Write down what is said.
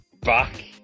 Back